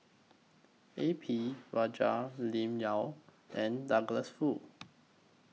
A P Rajah Lim Yau and Douglas Foo